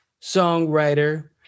songwriter